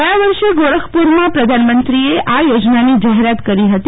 ગયા વષે ગો રખપૂરમાં પ્રધાનમંત્રીએ આ યોજનાની જાહેરાત કરી હતી